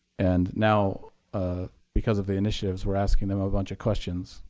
and now ah because of the initiatives, we're asking them a bunch of questions,